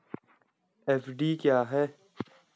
FD D है?